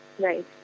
Right